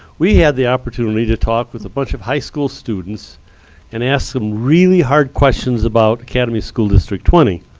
we had the opportunity to talk with a bunch of high school students and ask some really hard questions about academy school district twenty.